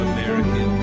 American